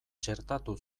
txertatu